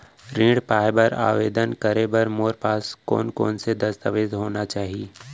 ऋण पाय बर आवेदन करे बर मोर पास कोन कोन से दस्तावेज होना चाही?